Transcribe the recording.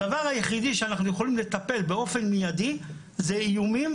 הדבר היחידי שאנחנו יכולים לטפל באופן מידי זה איומים,